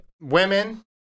Women